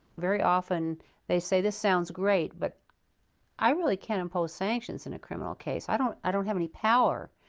very often they say this sounds great but i really can't impose sanctions in a criminal case. i don't i don't have any power.